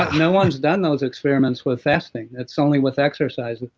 no one has done those experiments with fasting. that's only with exercising